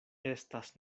estas